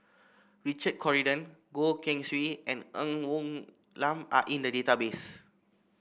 Richard Corridon Goh Keng Swee and Ng Woon Lam Are in the database